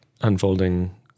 unfolding